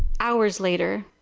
hours later,